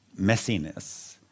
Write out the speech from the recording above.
messiness